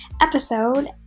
episode